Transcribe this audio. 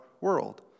world